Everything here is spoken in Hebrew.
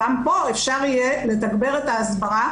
גם פה אפשר יהיה לתגבר את ההסברה,